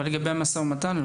אבל לא לגבי המשא ומתן?